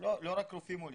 לא רק רופאים עולים,